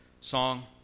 song